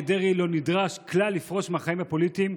דרעי לא נדרש כלל לפרוש מהחיים הפוליטיים,